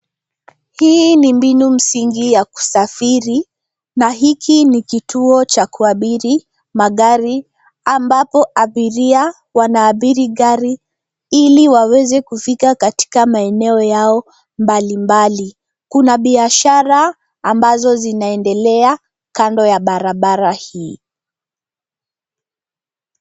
Hii ni binu mzingi ya kusafiri na hiki ni kituo cha kuabiri magari ambapo abiria wanaabiri gari hili waweze kufika katika maeneo wao mbali mbali. Kuna biashara ambazo zinaendelea kando ya barabara hii.